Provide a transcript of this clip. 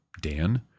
Dan